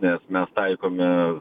nes mes taikome